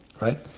Right